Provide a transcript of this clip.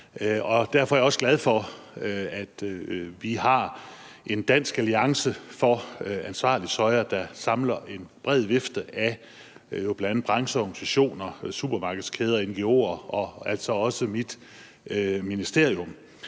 Derfor er jeg også glad for, at vi har Dansk Alliance for Ansvarlig Soja, der samler en bred vifte af bl.a. brancheorganisationer, supermarkedskæder, ngo'er og altså også mit ministerium.